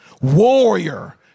warrior